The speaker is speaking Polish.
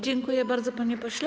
Dziękuję bardzo, panie pośle.